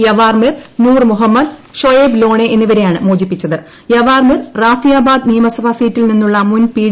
യവാർമിർ നൂർ മുഹമ്മദ് ഷൊയേബ് ലോണേ എന്നിവരെയാണ് മോചിപ്പിച്ചത് യവാർമിർ റാഫിയാബാദ് നിയമസഭാ സീറ്റിൽ നിന്നുള്ള മുൻ പ്പ്